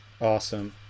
Awesome